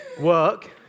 Work